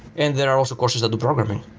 and there are also course that do programming.